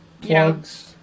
plugs